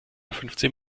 fünfzehn